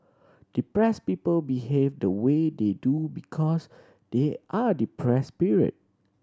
depressed people behave the way they do because they are depressed period